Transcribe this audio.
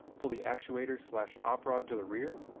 pull the actuator op-rod to the rear,